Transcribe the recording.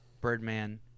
Birdman